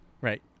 Right